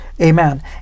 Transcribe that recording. Amen